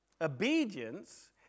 Obedience